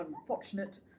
unfortunate